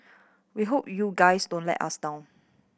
we hope you guys don't let us down